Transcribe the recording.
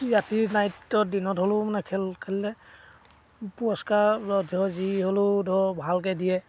ৰাতি নাইটত দিনত হ'লেও মানে খেল খেলিলে পুৰস্কাৰ যি হ'লেও ধৰ ভালকৈ দিয়ে